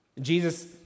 Jesus